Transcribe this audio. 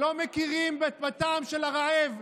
לא מכירים בטעם של הרעב,